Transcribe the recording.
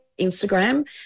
Instagram